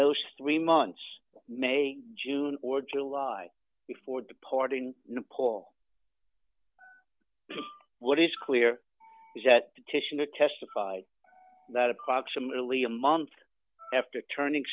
those three months may june or july before departing nepal what is clear is that titian would testify that approximately a month after turning